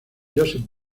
joseph